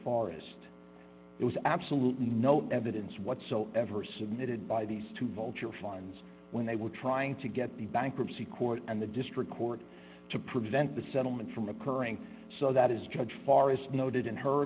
forrest it was absolutely no evidence whatsoever submitted by these two vulture funds when they were trying to get the bankruptcy court and the district court to prevent the settlement from occurring so that is judge far as noted in her